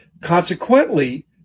Consequently